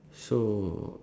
so